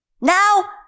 Now